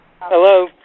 Hello